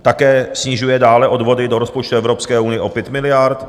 Také snižuje dále odvody do rozpočtu Evropské unie o 5 miliard.